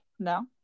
No